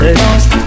lost